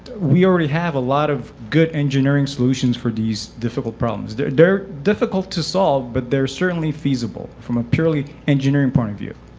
we already have a lot of good engineering solutions for these difficult problems. they're they're difficult to solve, but they are certainly feasible from a purely engineering point of view.